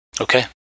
Okay